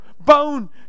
bone